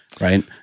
Right